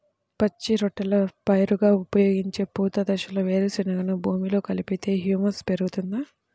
పచ్చి రొట్టెల పైరుగా ఉపయోగించే పూత దశలో వేరుశెనగను భూమిలో కలిపితే హ్యూమస్ పెరుగుతుందా?